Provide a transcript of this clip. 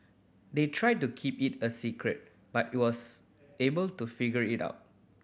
they tried to keep it a secret but he was able to figure it out